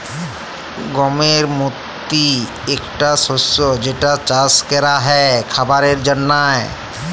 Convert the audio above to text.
গমের মতি একটা শস্য যেটা চাস ক্যরা হ্যয় খাবারের জন্হে